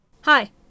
Hi